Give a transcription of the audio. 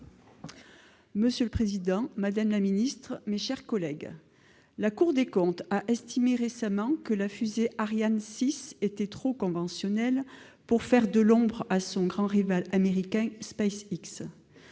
Monsieur le président, madame la secrétaire d'État, mes chers collègues, la Cour des comptes a estimé récemment que la fusée Ariane 6 était trop conventionnelle pour faire de l'ombre à son grand rival américain SpaceX.